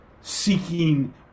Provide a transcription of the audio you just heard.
seeking